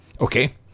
Okay